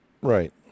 Right